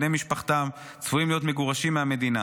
בני משפחתם צפויים להיות מגורשים מהמדינה.